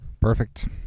Perfect